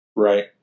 Right